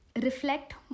reflect